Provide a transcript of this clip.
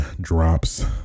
drops